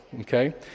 Okay